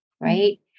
right